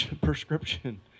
prescription